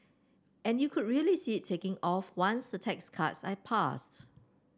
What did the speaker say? and you could really see it taking off once a tax cuts are passed